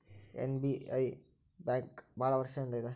SBI bank ಭಾಳ ವರ್ಷ ಇಂದ ಇದೆ